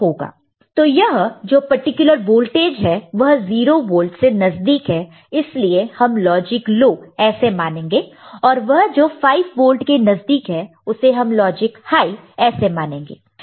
तो यह जो पर्टिकुलर वोल्टेज है वह 0 वोल्ट से नजदीक है इसलिए हम लॉजिक लो ऐसे मानेंगे और वह जो 5 वोल्ट के नजदीक है उसे हम लॉजिक हाई ऐसे मानेंगे